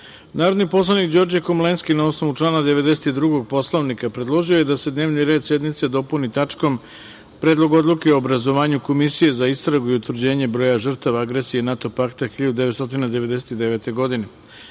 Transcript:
predlog. Narodni poslanik Đorđe Komlenski, na osnovu člana 92. Poslovnika, predložio je da se dnevni red sednice dopuni tačkom – Predlog odluke o obrazovanju komisije za istragu i utvrđivanje broja žrtava agresije NATO pakta 1999. godine,